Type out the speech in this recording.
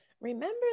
remember